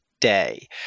day